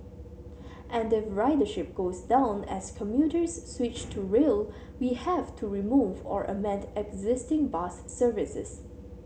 and if ridership goes down as commuters switch to rail we have to remove or amend existing bus services